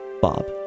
Bob